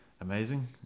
amazing